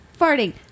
farting